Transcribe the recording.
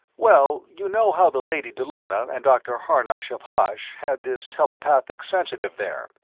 well, you know how the lady dallona and dr. harnosh of hosh had this telepathic-sensitive there,